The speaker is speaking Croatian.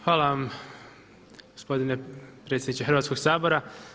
Hvala vam gospodine predsjedniče Hrvatskoga sabora.